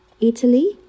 Italy